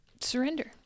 surrender